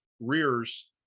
rears